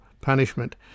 punishment